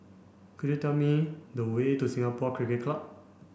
could you tell me the way to Singapore Cricket Club